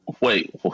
Wait